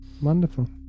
Wonderful